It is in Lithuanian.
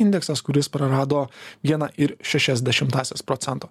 indeksas kuris prarado vieną ir šešias dešimtąsias procento